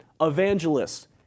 Evangelists